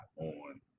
on